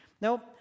Now